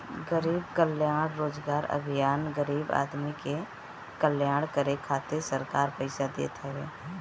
गरीब कल्याण रोजगार अभियान गरीब आदमी के कल्याण करे खातिर सरकार पईसा देत हवे